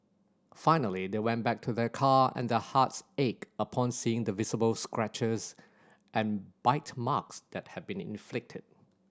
finally they went back to their car and their hearts ached upon seeing the visible scratches and bite marks that had been inflicted